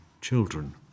children